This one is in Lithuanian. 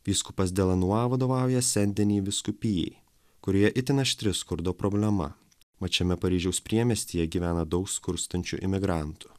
vyskupas de lanua vadovauja sen deni vyskupijai kurioje itin aštri skurdo problema mat šiame paryžiaus priemiestyje gyvena daug skurstančių imigrantų